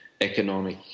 economic